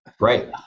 Right